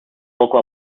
poco